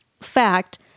fact